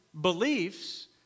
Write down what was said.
beliefs